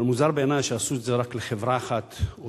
אבל מוזר בעיני שעשו את זה רק לחברה אחת או